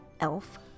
Elf